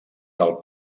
del